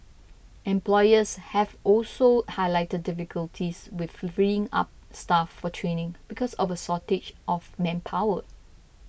employers have also highlighted difficulties with freeing up staff for training because of a shortage of manpower